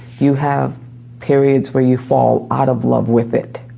you have periods where you fall out of love with it.